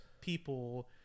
people